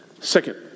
Second